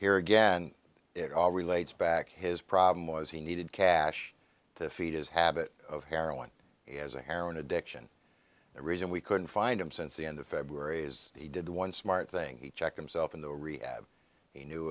here again it all relates back his problem was he needed cash to feed his habit of heroin he has a heroin addiction the reason we couldn't find him since the end of february is he did one smart thing he checked himself into rehab he knew